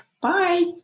Bye